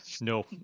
no